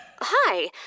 Hi